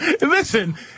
Listen